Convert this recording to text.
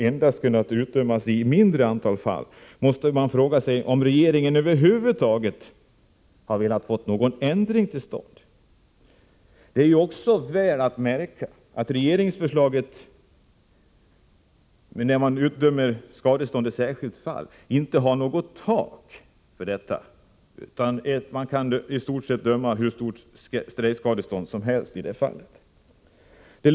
endast kunnat utdömas i ett mindre antal fall, måste man fråga sig om regeringen över huvud taget velat få någon ändring tillstånd. Vid utdömande av skadestånd i särskilt fall går regeringsförslaget — väl att märka — ut på att det inte skall finnas något tak. Det kan alltså i stort sett utdömas hur stort strejkskadestånd som helst i det fallet.